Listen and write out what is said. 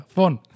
Phone